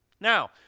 Now